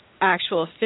actual